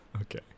okay